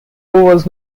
was